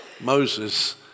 Moses